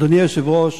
אדוני היושב-ראש,